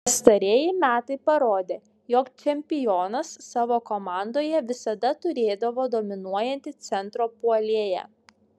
pastarieji metai parodė jog čempionas savo komandoje visada turėdavo dominuojantį centro puolėją